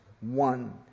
one